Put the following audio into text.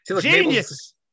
Genius